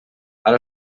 ara